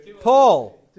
Paul